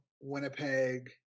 Winnipeg